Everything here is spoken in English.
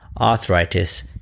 arthritis